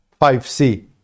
5C